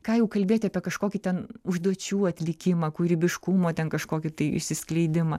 ką jau kalbėti apie kažkokį ten užduočių atlikimą kūrybiškumo ten kažkokį tai išsiskleidimą